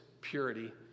purity